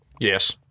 Yes